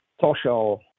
social